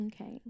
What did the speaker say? Okay